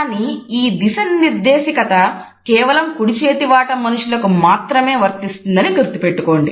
కానీ ఈ దిశ నిర్దేశకత కేవలం కుడి చేతి వాటం మనుషులకు మాత్రమే వర్తిస్తుందని గుర్తుపెట్టుకోండి